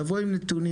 תבוא עם נתונים.